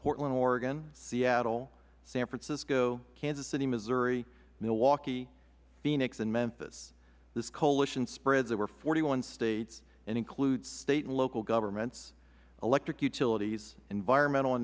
portland oregon seattle san francisco kansas city missouri milwaukee phoenix and memphis this coalition spreads over forty one states and includes state and local governments electric utilities environmental a